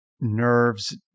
nerves